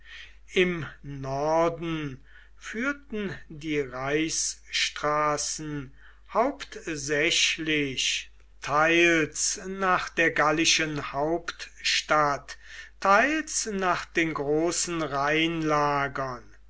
im norden führten die reichsstraßen hauptsächlich teils nach der gallischen hauptstadt teils nach den großen